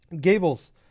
Gables